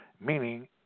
meaning